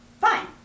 Fine